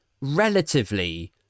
relatively